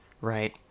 right